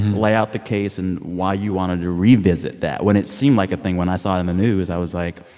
lay out the case and why you wanted to revisit that when it seemed like a thing when i saw in the news i was like,